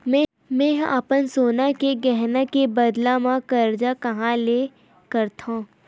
मेंहा अपन सोनहा के गहना के बदला मा कर्जा कहाँ ले सकथव?